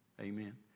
Amen